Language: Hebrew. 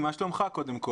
מה שלומך?